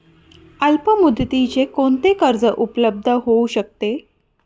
अल्पमुदतीचे कोणते कर्ज उपलब्ध होऊ शकते?